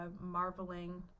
marveling